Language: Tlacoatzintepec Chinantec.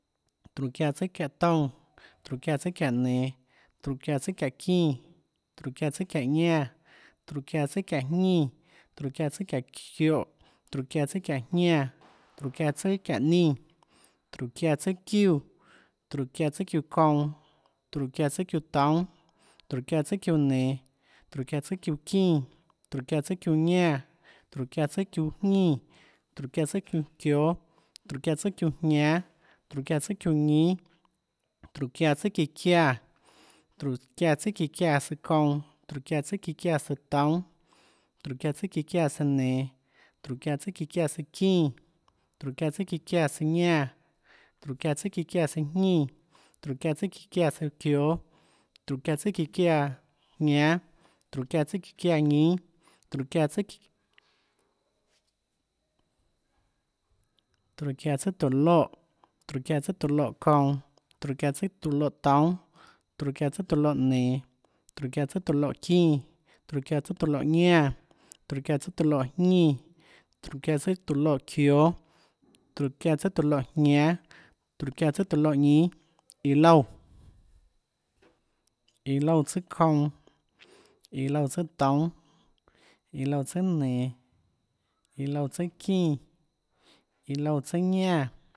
Tróhå çiáã tsùâ çiáhå toúnâ, tróhå çiáã tsùâ çiáhå nenå, tróhå çiáã tsùâ çiáhå çínã, tróhå çiáã tsùâ çiáhå ñánã, tróhå çiáã tsùâ çiáhå jñínã. tróhå çiáã tsùâ çiáhå çióâ. tróhå çiáã tsùâ çiáhå jñánã, tróhå çiáã tsùâ çiáhå ñínâ, tróhå çiáã tsùâ çiúã, tróhå çiáã tsùâ çiúã kounã, tróhå çiáã tsùâ çiúã toúnâ, tróhå çiáã tsùâ çiúã nenå, tróhå çiáã tsùâ çiúã çínã, tróhå çiáã tsùâ çiúã ñánã, tróhå çiáã tsùâ çiúã jñínã, tróhå çiáã tsùâ çiúã çióâ, tróhå çiáã tsùâ çiúãjñánâ, tróhå çiáã tsùâ ñínâ, tróhå çiáã tsùà çiã çiáã, tróhå çiáã tsùâ çíã çiáã tsùâ kounã. tróhå çiáã tsùâ çíã çiáã tsùâ toúnâ. tróhå çiáã çíã çiáã tsùâ nenå. tróhå çiáã tsùâ çíã çiáã tsùâ çínã. tróhå çiáã tsùâ çíã çiáã tsùâ ñánã. tróhå çiáã tsùâ çíã çiáã jñínã. tróhå çiáã tsùâ tróhå çiáã tsùà tóhå loè, tróhå çiáã tsùâ tóå loè kounã, tróhå çiáã tsùâ tóå loè toúnâ, tróhå çiáã tsùâ tóå loè nenå. tróhå çiáã tsùâ tóå loè çínã. tróhå çiáã tsùâ tóå loè ñánã, tróhå çiáã tsùâ tóå loè jñínã, tróhå çiáã tsùâ tóå loè çióâ. tróhå çiáã tsùâ tóå loè jñánâ. tróhå çiáã tsùâ tóå loè ñínâ, iã loúã, iã loúã tsùàkounã, iã loúã tsùà toúnâ iã loúã tsùà nenå iã loúã tsùà çín, iã loúã tsùàñánã,